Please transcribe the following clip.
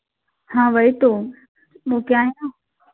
हाँ वही तो वह क्या है ना